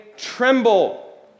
tremble